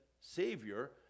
Savior